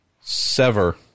sever